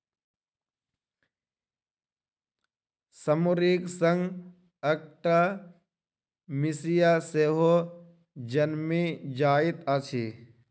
मसुरीक संग अकटा मिसिया सेहो जनमि जाइत अछि